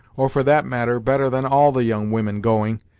or, for that matter, better than all the young women going,